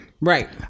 Right